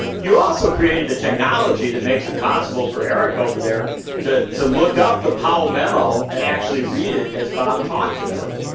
you also created the technology that makes it possible for eric over there to to look up the powell memo and actually read it as bob talked about it.